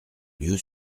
lieu